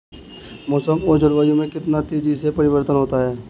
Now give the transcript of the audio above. मौसम और जलवायु में कितनी तेजी से परिवर्तन होता है?